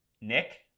Nick